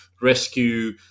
rescue